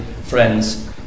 friends